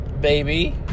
baby